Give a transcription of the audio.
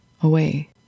away